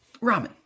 Ramen